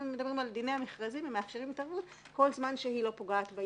אם מדברים על דיני המכרזים הם מאפשרים התערבות כל זמן שהיא לא פוגעת.